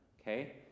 okay